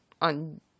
on